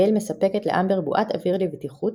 גייל מספקת לאמבר בועת אוויר לבטיחות,